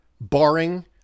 barring